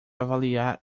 avaliar